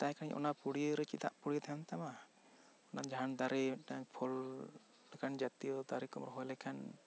ᱢᱮᱛᱟᱭ ᱠᱷᱟᱹᱱᱤᱧ ᱚᱱᱟ ᱯᱩᱲᱤᱭᱟᱹ ᱨᱮ ᱪᱮᱫᱟᱜ ᱯᱩᱲᱤᱭᱟᱹ ᱛᱟᱦᱮᱱ ᱛᱟᱢᱟ ᱚᱱᱟ ᱡᱟᱦᱟᱱ ᱫᱟᱨᱮ ᱢᱤᱫ ᱴᱟᱱ ᱯᱷᱚᱞ ᱞᱮᱠᱟᱱ ᱡᱟᱹᱛᱤ ᱫᱟᱨᱮ ᱠᱚᱢ ᱨᱚᱦᱚᱭ ᱞᱮᱠᱷᱟᱱ